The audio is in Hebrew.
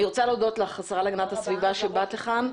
אני רוצה להודות לך השרה להגנת הסביבה שבאת לכאן.